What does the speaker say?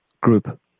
group